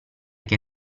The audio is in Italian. che